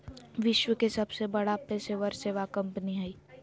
विश्व के सबसे बड़ा पेशेवर सेवा कंपनी हइ